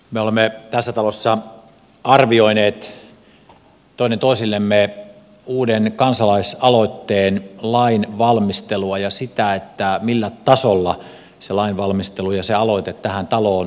me olemme tässä talossa arvioineet toinen toisillemme uuden kansalaisaloitteen lain valmistelua ja sitä millä tasolla se lainvalmistelu ja se aloite tähän taloon tulee